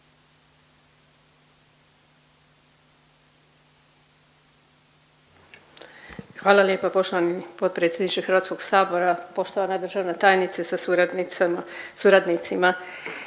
Hvala lijepa poštovani potpredsjedniče Hrvatskog sabora, poštovana državna tajnice sa suradnicima.